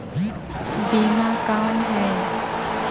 बीमा कौन है?